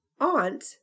aunt